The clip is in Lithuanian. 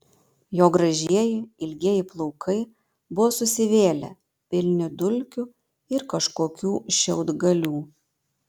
jo gražieji ilgieji plaukai buvo susivėlę pilni dulkių ir kažkokių šiaudgalių